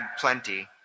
plenty